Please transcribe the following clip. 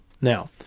Now